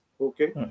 Okay